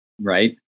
Right